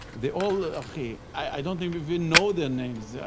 they all ah achi. i don't don't even know their names, yeah